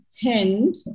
hand